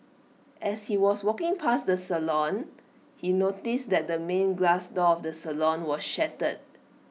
as he was walking past the salon he noticed that the main glass door of the salon was shattered